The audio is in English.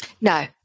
No